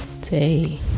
day